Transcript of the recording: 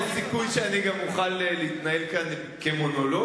יש סיכוי שאני גם אוכל להתנהל כאן כמונולוג,